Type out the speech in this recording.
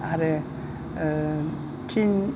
आरो टिन